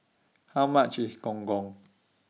How much IS Gong Gong